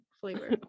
flavor